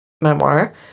memoir